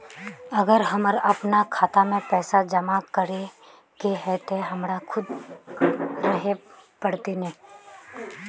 अगर हमर अपना खाता में पैसा जमा करे के है ते हमरा खुद रहे पड़ते ने?